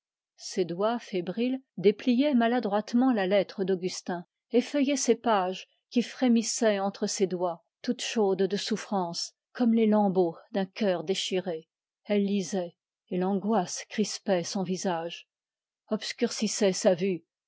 ses doigts fébriles dépliaient la lettre d'augustin effeuillaient ces pages qui frémissaient entre ses doigts toutes chaudes de souffrance comme les lambeaux d'un cœur déchiré elle lisait l'angoisse crispait son visage obscurcissait sa vue